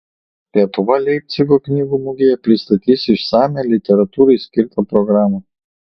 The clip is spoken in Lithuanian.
lietuva leipcigo knygų mugėje pristatys išsamią literatūrai skirtą programą